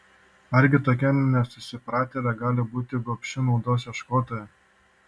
argi tokia nesusipratėlė gali būti gobši naudos ieškotoja